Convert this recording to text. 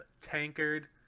tankard